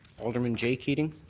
alderman j. keating.